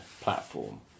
platform